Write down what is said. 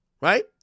Right